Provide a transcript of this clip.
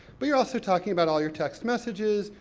but you're also talking about all your text messages,